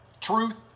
truth